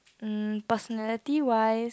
mm personality wise